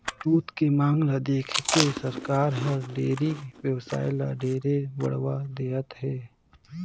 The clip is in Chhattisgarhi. दूद के मांग ल देखके सरकार हर डेयरी बेवसाय ल ढेरे बढ़ावा देहत हे